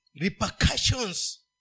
repercussions